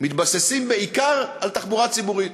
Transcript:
מתבססים בעיקר על תחבורה ציבורית.